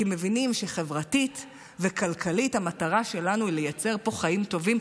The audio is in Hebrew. כי הם מבינים שחברתית וכלכלית המטרה שלנו היא לייצר פה חיים טובים.